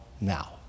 now